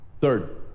Third